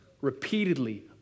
repeatedly